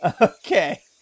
Okay